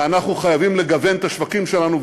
ואנחנו חייבים לגוון את השווקים שלנו,